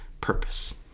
purpose